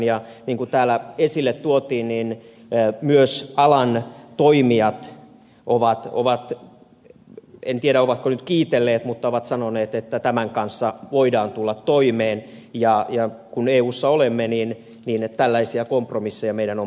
niin kuin täällä esille tuotiin myös alan toimi jat ovat en tiedä ovatko nyt kiitelleet mutta ovat sanoneet että tämän kanssa voidaan tulla toimeen ja kun eussa olemme niin tällaisia kompromisseja meidän on pakko tehdä